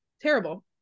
Terrible